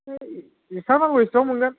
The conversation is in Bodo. एसेबां नांगौ एसेबां मोनगोन